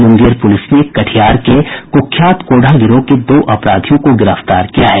Munger police ने कटिहार के क्ख्यात कोढ़ा गिरोह के दो अपराधियों को गिरफ्तार किया है